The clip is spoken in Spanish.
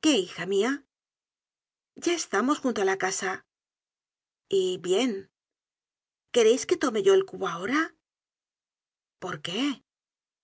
qué hija mia ya estamos junto á la casa y bien quereis que tome yo el cubo ahora por qué